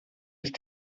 ist